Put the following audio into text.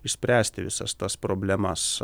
išspręsti visas tas problemas